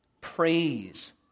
praise